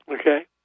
Okay